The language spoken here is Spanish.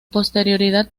posterioridad